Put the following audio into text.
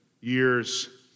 years